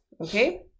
Okay